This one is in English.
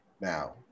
now